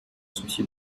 souci